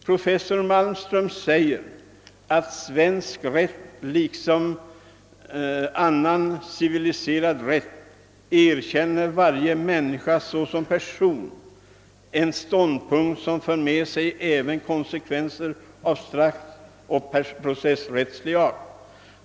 Professor Malmström =<:säger = att »svensk rätt liksom annan civiliserad rätt erkänner varje människa såsom person, en ståndpunkt som för med sig även konsekvenser av straffoch processrättslig art.